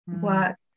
work